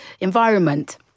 environment